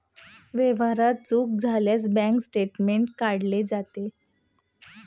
व्यवहारात चूक झाल्यास बँक स्टेटमेंट काढले जाते